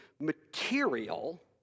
material